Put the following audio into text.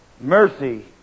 Mercy